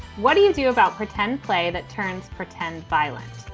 what do you do about pretend play that turns pretend violence?